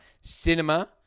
cinema